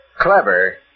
Clever